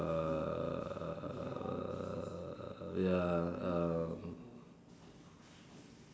err ya um